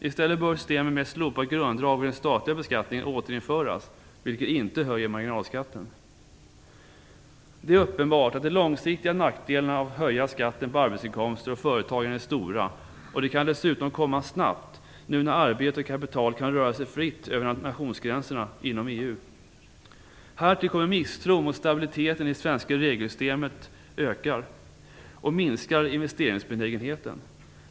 I stället bör systemet med ett slopat grundavdrag vid den statliga beskattningen återinföras, vilket inte höjer marginalskatten. Det är uppenbart att de långsiktiga nackdelarna av att höja skatten på arbetsinkomster och företagande är stora, och de kan dessutom komma snabbt nu när arbete och kapital kan röra sig fritt över nationsgränserna inom EU. Härtill kommer att misstron mot stabiliteten i det svenska regelsystemet ökar och minskar investeringsbenägenheten.